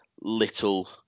little